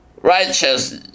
righteous